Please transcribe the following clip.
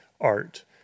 art